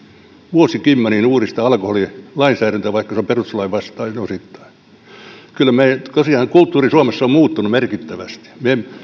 vuosikymmeniin uudistamaan alkoholilainsäädäntöä vaikka se on osittain perustuslain vastainen kyllä tosiaan kulttuuri suomessa on muuttunut merkittävästi me